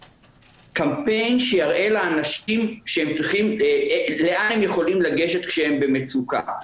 קמפיין שיראה לאנשים לאן הם יכולים לגשת כשהם במצוקה.